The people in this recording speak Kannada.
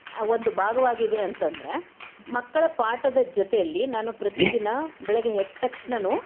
ಒಂದು ಭಾಗವಾಗಿದೆ ಅಂತಂದರೆ ಮಕ್ಕಳ ಪಾಠದ ಜೊತೆಯಲ್ಲಿ ನಾನು ಪ್ರತಿದಿನ ಬೆಳಿಗ್ಗೆ ಎದ್ದ ತಕ್ಷಣನೂ